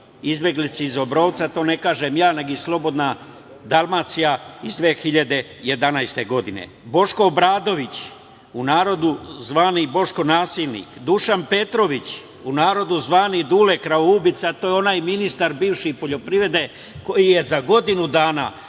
izbeglici iz Obrovca, to ne kažem ja nego i „Slobodna Dalmacija“ iz 2011. godine. Boško Obradović, u narodu zvani Boško nasilnik, Dušan Petrović, u narodu zvani Dule kravoubica, to je onaj bivši ministar poljoprivrede, koji je za godinu dana